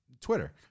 Twitter